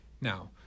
Now